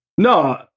No